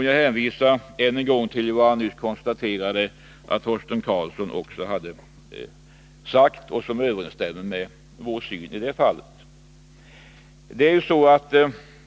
Jag hänvisar ännu en gång till vad Torsten Karlsson också har sagt, vilket överensstämmer med vår syn i det fallet.